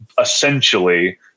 essentially